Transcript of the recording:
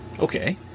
Okay